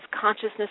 consciousness